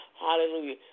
Hallelujah